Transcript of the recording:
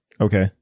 Okay